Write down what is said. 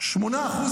כמה אחוז?